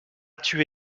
tué